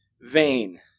vain